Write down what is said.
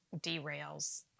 derails